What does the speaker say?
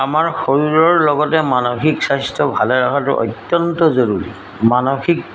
আমাৰ শৰীৰৰ লগতে মানসিক স্বাস্থ্য ভালে ৰখাটো অত্যন্ত জৰুৰী মানসিক